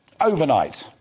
overnight